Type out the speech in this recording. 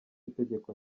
itegeko